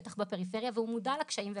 בטח בפריפריה והוא מודע לקשיים ולבעיות.